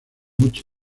mucha